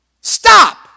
Stop